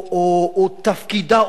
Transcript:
או תפקידה,